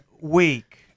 week